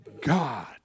God